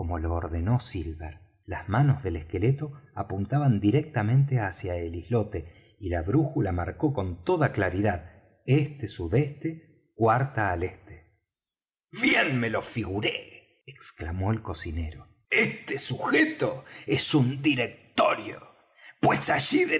ordenó silver las manos del esqueleto apuntaban directamente hacia el islote y la brújula marcó con toda claridad este sudeste cuarta al este bien me lo figuré exclamó el cocinero este sujeto es un directorio pues allí